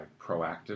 proactive